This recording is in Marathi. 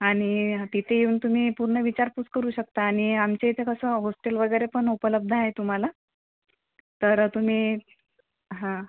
आणि तिथे येऊन तुम्ही पूर्ण विचारपूस करू शकता आणि आमच्या इथं कसं हॉस्टेल वगैरे पण उपलब्ध आहे तुम्हाला तर तुम्ही हां